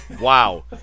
Wow